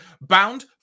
bound